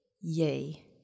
yay